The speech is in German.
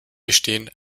bestehen